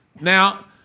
Now